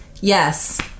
Yes